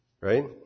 right